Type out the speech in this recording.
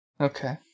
Okay